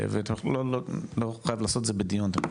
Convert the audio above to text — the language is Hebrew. לא חייב לעשות את זה בדיון אתה יכול